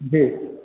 जी